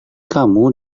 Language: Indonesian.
kamu